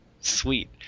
Sweet